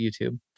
YouTube